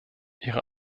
ihre